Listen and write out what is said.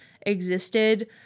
existed